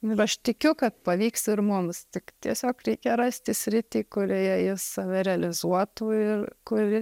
ir aš tikiu kad pavyks ir mums tik tiesiog reikia rasti sritį kurioje jis save realizuotų ir kuri